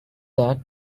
that